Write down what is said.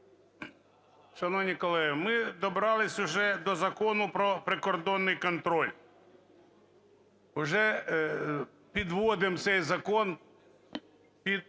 Шановні колеги, ми добрались уже до Закону "Про прикордонний контроль", вже підводимо цей закон під